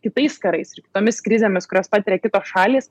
kitais karais ir kitomis krizėmis kurias patiria kitos šalys